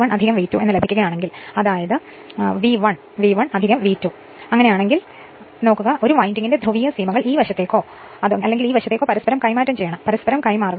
അതിനാൽ V1 V1 1 V 2 ലഭിക്കുകയാണെങ്കിൽ എല്ലാം യഥാർത്ഥത്തിൽ അടയാളപ്പെടുത്തുന്നു അപ്പോൾ ഒരു വിൻഡിംഗിന്റെ ധ്രുവീയ സീമകൾ ഈ വശത്തോ ഈ വശത്തോ പരസ്പരം കൈമാറ്റം ചെയ്യണം പരസ്പരം കൈമാറുക